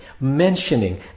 mentioning